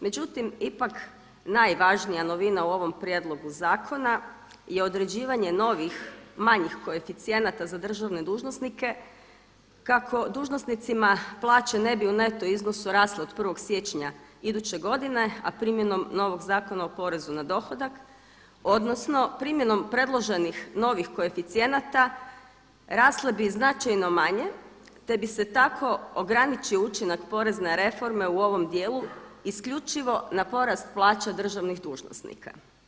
Međutim, ipak najvažnija novina u ovom prijedlogu zakona je određivanje novih manjih koeficijenata za državne dužnosnike kako dužnosnicima plaće ne bi u neto iznosu rasle od 1. siječnja iduće godine a primjenom novog Zakona o porezu na dohodak, odnosno primjenom predloženih novih koeficijenata rasle bi značajno manje te bi se tako ograničio učinak porezne reforme u ovom dijelu isključivo na porast plaća državnih dužnosnika.